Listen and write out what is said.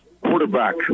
Quarterback